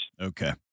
Okay